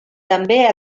també